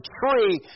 tree